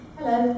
Hello